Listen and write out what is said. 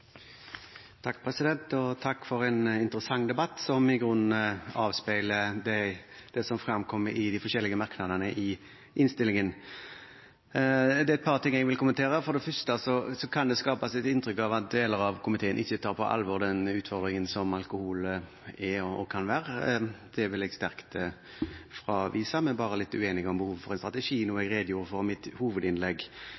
Takk for en interessant debatt, som i grunnen avspeiler det som fremkommer i de forskjellige merknadene i innstillingen. Det er et par ting jeg vil kommentere. For det første kan det skapes et inntrykk av at deler av komiteen ikke tar på alvor den utfordringen som alkohol er og kan være. Det vil jeg sterkt avvise. Vi er bare litt uenige om behovet for en strategi,